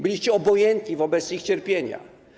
Byliście obojętni wobec ich cierpienia.